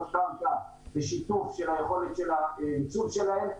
קרקע ושיתוף של היכולת של הניצול שלהם.